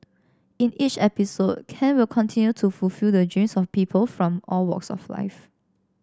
in each episode Ken will continue to fulfil the dreams of people from all walks of life